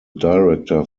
director